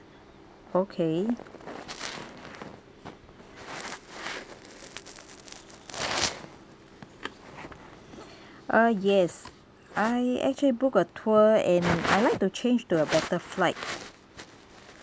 okay uh yes I actually booked a tour and I'd like to change to a better flight